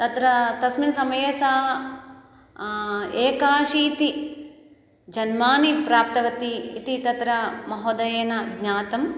तत्र तस्मिन् समये सा एकाशीति जन्मानि प्राप्तवति इति तत्र महोदयेन ज्ञातं